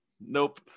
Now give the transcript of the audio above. Nope